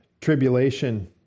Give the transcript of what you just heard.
tribulation